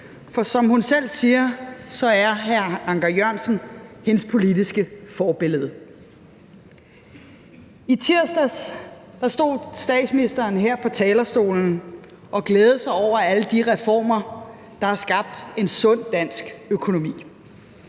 for som hun selv siger, er hr. Anker Jørgensen hendes politiske forbillede. I tirsdags stod statsministeren her på talerstolen og glædede sig over alle de reformer, der har skabt en sund dansk økonomi,